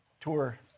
tour